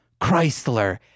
Chrysler